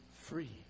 free